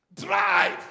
drive